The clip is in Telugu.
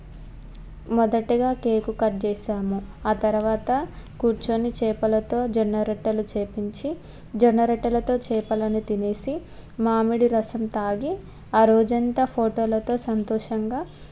మొదటిగా కేకు కట్ చేసాము ఆ తర్వాత కూర్చోని చేపలతో జొన్న రొట్టెలు చేయించి జొన్న రొట్టెలతో చేపలని తినేసి మామిడి రసం తాగి ఆ రోజంతా ఫోటోలతో సంతోషంగా